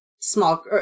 small